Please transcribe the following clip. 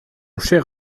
cher